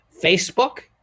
Facebook